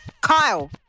Kyle